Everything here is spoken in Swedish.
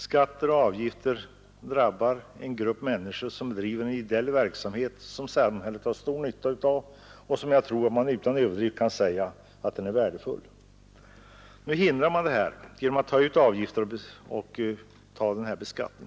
Skatten och avgiften drabbar den grupp människor som bedriver en ideell verksamhet som samhället har stor nytta av och som utan överdrift kan kallas värdefull. Genom att ta ut arbetsgivaravgiften och mervärdeskatten hindrar man denna verksamhet.